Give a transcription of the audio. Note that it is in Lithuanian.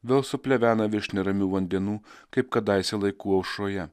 vėl suplevena virš neramių vandenų kaip kadaise laikų aušroje